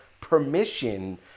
permission